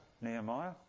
Nehemiah